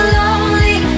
lonely